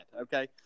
Okay